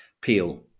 peel